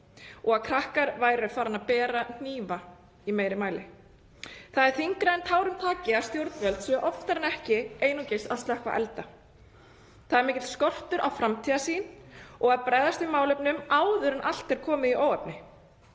og að krakkar væru farnir að bera hnífa í meiri mæli. Það er þyngra en tárum taki að stjórnvöld séu oftar en ekki einungis að slökkva elda. Það er mikill skortur á framtíðarsýn og því að bregðast við málefnum áður en allt er komið í óefni.